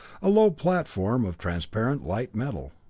a low platform of transparent light-metal.